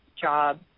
job